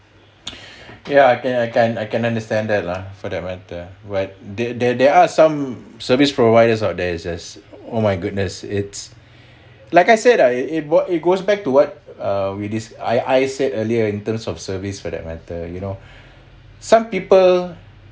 ya I think I can I can understand that lah for that matter but there there there are some service providers out there is just oh my goodness it's like I said ah it it goes back to what err we dis~ I said earlier in terms of service for that matter you know some people